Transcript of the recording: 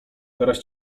teraz